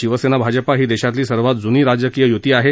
शिवसेना भाजपा ही देशातील सर्वात जुनी राजकीय युती आहे